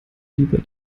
lieber